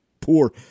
poor